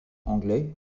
anglais